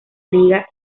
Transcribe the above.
liga